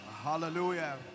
Hallelujah